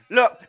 Look